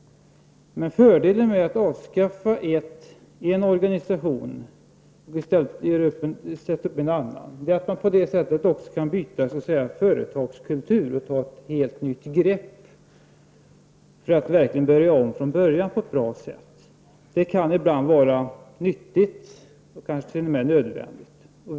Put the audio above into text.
Fördelen med att avskaffa en organisation och i stället sätta upp en annan är att man på det sättet även kan byta företagskultur och ta ett helt nytt grepp för att verkligen på ett bra sätt kunna börja om från början. Det kan ibland vara nyttigt och kanske t.o.m. nödvändigt.